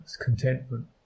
contentment